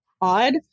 odd